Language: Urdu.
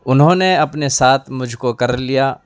انہوں نے اپنے ساتھ مجھ کو کر لیا